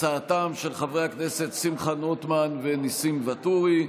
הצעתם של חברי הכנסת שמחה רוטמן וניסים ואטורי,